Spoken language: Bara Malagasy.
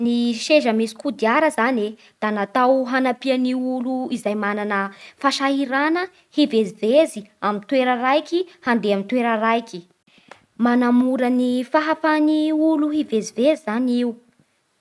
Ny seza misy kodiara zany e da natao hanampia gny olo izay mana fasahirana hivezivezy amy toera raiky handeha amy toera raiky. Manamora ny fahafahan'gny olo hivezivezy zany io